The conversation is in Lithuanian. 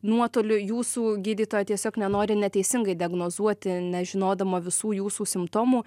nuotoliu jūsų gydytoja tiesiog nenori neteisingai diagnozuoti nežinodama visų jūsų simptomų